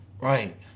right